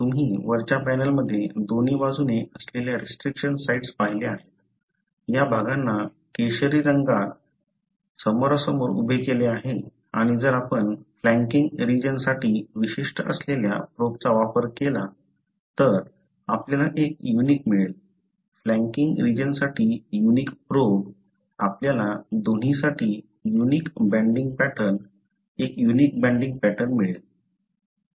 तुम्ही वरच्या पॅनलमध्ये दोन्ही बाजूने असलेल्या रिस्ट्रिक्शन साइट्स पाहिल्या आहेत या भागांना केशरी रंगात समोरासमोर उभे केले आहेत आणि जर आपण फ्लॅंकिंग रिजन साठी विशिष्ट असलेल्या प्रोबचा वापर केला तर आपल्याला एक युनिक मिळेल फ्लॅंकिंग रिजनसाठी युनिक प्रोब आपल्याला दोन्हीसाठी युनिक बँडिंग पॅटर्न एक युनिक बँडिंग पॅटर्न मिळेल